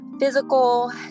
physical